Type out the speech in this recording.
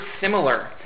similar